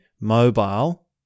mobile